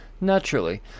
Naturally